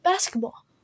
Basketball